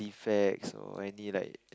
defects or any like